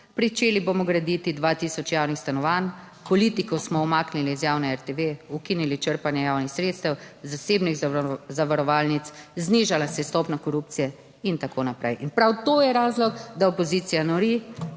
pričeli bomo graditi 2000 javnih stanovanj. Politiko smo umaknili iz javne RTV, ukinili črpanje javnih sredstev, zasebnih zavarovalnic, znižala se je stopnja korupcije in tako naprej. In prav to je razlog, da opozicija nori